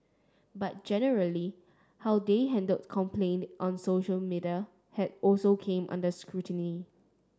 but generally how they handled complaint on social media has also come under scrutiny